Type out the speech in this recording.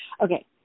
Okay